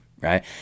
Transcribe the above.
right